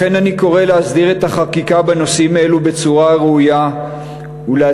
לכן אני קורא להסדיר את החקיקה בנושאים אלה בצורה ראויה ולהצביע